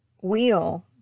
wheel